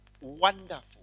wonderful